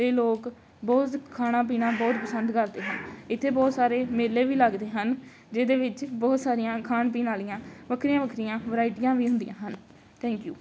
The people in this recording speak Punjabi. ਅਤੇ ਲੋਕ ਬਹੁਤ ਖਾਣਾ ਪੀਣਾ ਬਹੁਤ ਪਸੰਦ ਕਰਦੇ ਹਨ ਇੱਥੇ ਬਹੁਤ ਸਾਰੇ ਮੇਲੇ ਵੀ ਲੱਗਦੇ ਹਨ ਜਿਹਦੇ ਵਿੱਚ ਬਹੁਤ ਸਾਰੀਆਂ ਖਾਣ ਪੀਣ ਵਾਲੀਆਂ ਵੱਖਰੀਆਂ ਵੱਖਰੀਆਂ ਵਰਾਇਟੀਆਂ ਵੀ ਹੁੰਦੀਆਂ ਹਨ ਥੈਂਕ ਯੂ